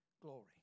glory